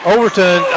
Overton